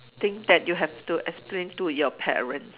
thing that you have to explain to your parents